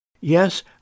Yes